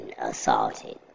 assaulted